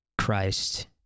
Christ